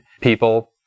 people